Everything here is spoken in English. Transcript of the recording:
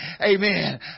Amen